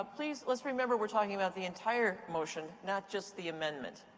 ah please, let's remember we're talking about the entire motion, not just the amendment.